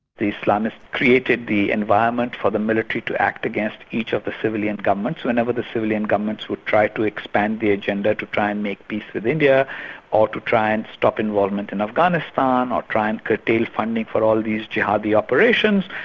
the islamists created the environment for the military to act against each of the civilian governments. whenever the civilian governments would try to expand the agenda to try and make peace with india or to try and stop involvement in afghanistan, or try and curtail funding for all these jihadi operations,